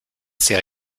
ses